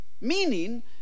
Meaning